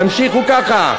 תמשיכו ככה.